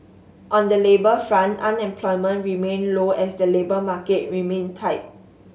on the labour front unemployment remained low as the labour market remained tight